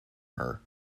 her